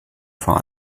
vor